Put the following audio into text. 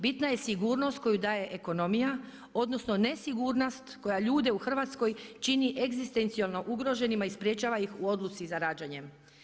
Bitna je sigurnost koju daje ekonomiju, odnosno nesigurnost koja ljude u Hrvatskoj čini egzistencijalno ugroženima i sprječava ih u odluci za rađanjem.